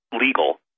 legal